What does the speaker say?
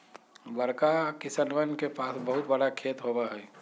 बड़का किसनवन के पास बहुत बड़ा खेत होबा हई